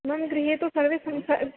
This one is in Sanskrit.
मम् गृहे तु सर्वे